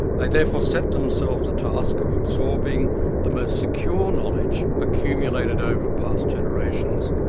they therefore set themselves the task of absorbing the most secure knowledge accumulated over past generations,